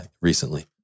recently